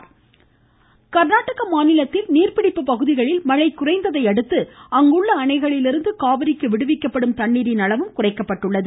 மேட்டுர் கர்நாடக மாநிலத்தில் நீர்ப்பிடிப்பு பகுதிகளில் மழை குறைந்ததையடுத்து அங்குள்ள அணைகளிலிருந்து காவிரிக்கு விடுவிக்கப்படும் தண்ணீரின் அளவும் குறைக்கப்பட்டுள்ளது